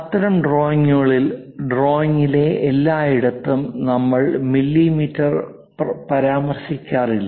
അത്തരം ഡ്രോയിംഗുകളിൽ ഡ്രോയിംഗിലെ എല്ലായിടത്തും നമ്മൾ മില്ലിമീറ്റർ പരാമർശിക്കാറില്ല